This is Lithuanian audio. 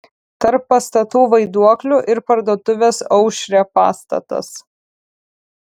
tarp pastatų vaiduoklių ir parduotuvės aušrė pastatas